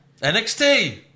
NXT